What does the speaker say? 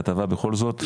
ההטבה בכל זאת?